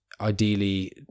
ideally